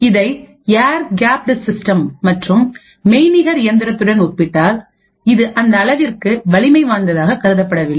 இதை air gapped system மற்றும் மெய்நிகர் இயந்திரத்துடன் ஒப்பிட்டால் இது அந்த அளவிற்கு வலிமை வாய்ந்ததாக கருதப்படவில்லை